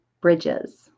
bridges